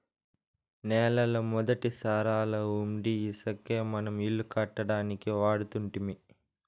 నేలల మొదటి సారాలవుండీ ఇసకే మనం ఇల్లు కట్టడానికి వాడుతుంటిమి